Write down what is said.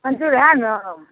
मन्जुर हइ ने